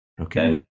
Okay